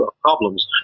problems